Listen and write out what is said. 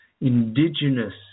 indigenous